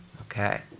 Okay